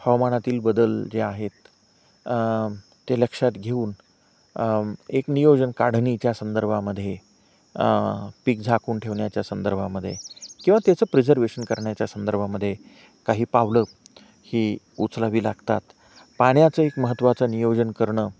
हवामानातील बदल जे आहेत ते लक्षात घेऊन एक नियोजन काढणीच्या संदर्भामध्ये पीक झाकून ठेवण्याच्या संदर्भामध्ये किंवा त्याचं प्रिझर्वेशन करण्याच्या संदर्भामध्ये काही पावलंं ही उचलावी लागतात पाण्याचं एक महत्त्वाचं नियोजन करणं